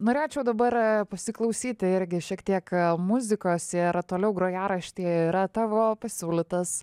norėčiau dabar pasiklausyti irgi šiek tiek muzikos ir toliau grojaraštyje yra tavo pasiūlytas